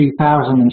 2007